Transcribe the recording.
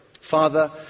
Father